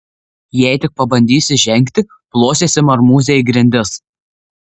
jei tik pabandysi žengti plosiesi marmūze į grindis